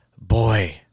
boy